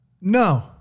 No